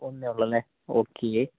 ഒന്ന് ഉള്ളല്ലേ ഓക്കെ